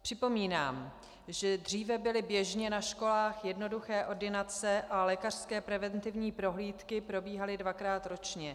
Připomínám, že dříve byly běžně na školách jednoduché ordinace a lékařské preventivní prohlídky probíhaly dvakrát ročně.